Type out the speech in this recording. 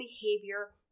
behavior